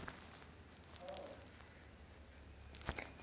पिकाला दिलेले पाणी आणि पिकाने वापरलेले पाणी यांचे गुणोत्तर आहे